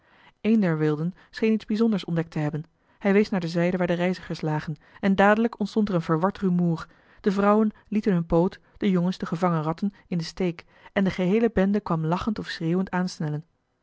een der wilden scheen iets bijzonders ontdekt te hebben hij wees naar de zijde waar de reizigers lagen en dadelijk ontstond er een verward rumoer de vrouwen lieten hun poot de jongens de gevangen ratten in den steek en de geheele bende kwam lachend of schreeuwend aansnellen